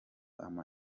ama